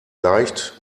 leicht